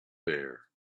bear